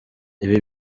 ibi